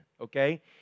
okay